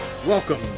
welcome